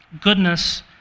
goodness